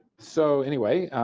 so anyway,